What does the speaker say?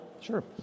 Sure